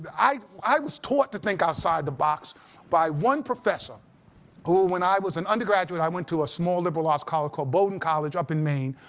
i i was taught to think outside the box by one professor who, when i was an undergraduate, i went to a small liberal arts college called bowdoin college up in maine,